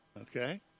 Okay